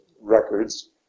records